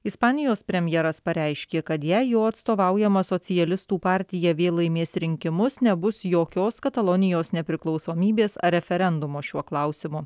ispanijos premjeras pareiškė kad jei jo atstovaujama socialistų partija vėl laimės rinkimus nebus jokios katalonijos nepriklausomybės referendumo šiuo klausimu